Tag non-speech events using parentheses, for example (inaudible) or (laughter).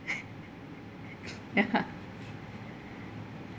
(noise) ya